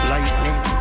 Lightning